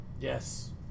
Yes